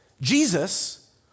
Jesus